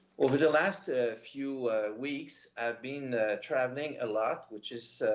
over the last ah few weeks, i've been traveling a lot, which is,